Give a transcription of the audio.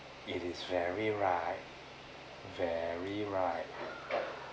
it is very right very right